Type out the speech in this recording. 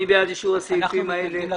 מי בעד אישור סעיפים 14,